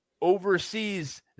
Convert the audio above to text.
oversees